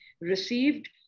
received